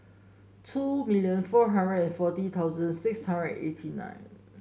two million four hundred and forty thousand six hundred eighty nine